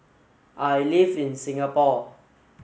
I live in Singapore